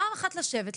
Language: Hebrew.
פעם אחת לשבת,